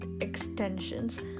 extensions